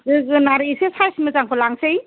जोगोनार एसे साइज मोजांखौ लांनोसै